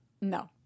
No